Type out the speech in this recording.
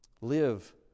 Live